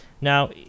Now